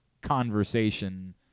conversation